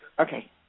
Okay